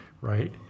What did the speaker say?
right